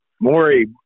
Maury